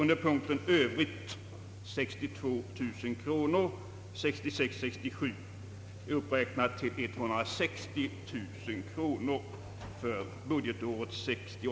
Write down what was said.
Under punkten »Övrigt» anvisades 62 000 kronor för 1966 69.